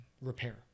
repair